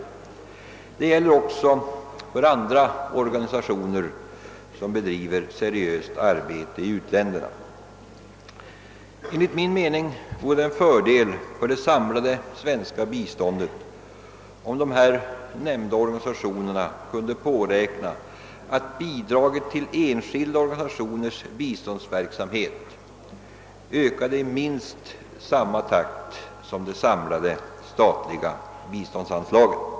Detta gäller också för andra organisationer som bedriver seriöst arbete i u-länderna. Enligt min mening vore det en fördel för det samlade svenska biståndet om de nämnda organisationerna kunde påräkna att bidraget till enskilda organisationers biståndsverksamhet ökade i minst samma takt som det statliga biståndsanslaget.